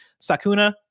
Sakuna